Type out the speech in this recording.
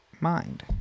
mind